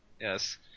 Yes